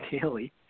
daily